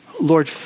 Lord